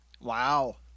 Wow